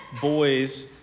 boys